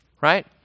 right